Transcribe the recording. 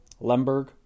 Lemberg